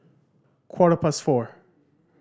quarter past four